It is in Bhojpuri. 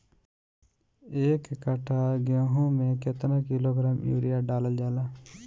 एक कट्टा गोहूँ में केतना किलोग्राम यूरिया डालल जाला?